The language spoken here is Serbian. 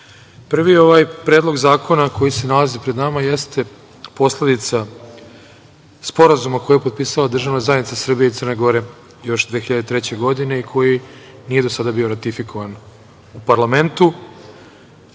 klime. Prvi predlog zakona koji se nalazi pred nama jeste posledica Sporazuma koji je potpisala državna zajednica Srbija i Crna Gora još 2003. godine i koji nije do sada bio ratifikovan u parlamentu. Evropski